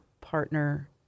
partner